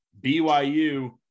BYU –